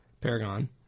Paragon